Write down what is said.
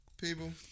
people